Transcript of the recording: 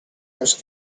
ice